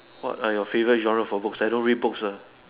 what are your favourite genre for books I don't read books ah